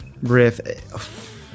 riff